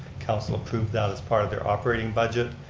council approved that as part of their operating budget,